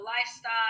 lifestyle